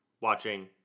watching